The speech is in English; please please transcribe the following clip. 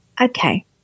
Okay